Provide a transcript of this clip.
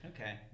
okay